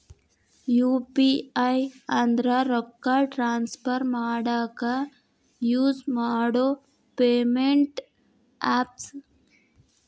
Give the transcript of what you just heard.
UPI ಅಂದ್ರ ರೊಕ್ಕಾ transfer ಮಾಡಾಕ ಯುಸ್ ಮಾಡೋ ಪೇಮೆಂಟ್ ಆಪ್ಸ್